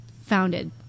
founded